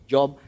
Job